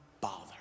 bother